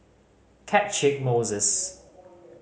Catchick Moses